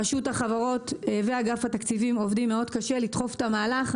רשות החברות ואגף התקציבים עובדים מאוד קשה לדחוף את המהלך.